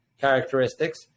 characteristics